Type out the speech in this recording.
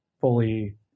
fully